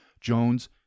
Jones